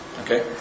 okay